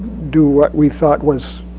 do what we thought was